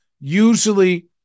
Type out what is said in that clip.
usually